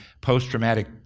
post-traumatic